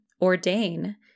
ordain